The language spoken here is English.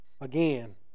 again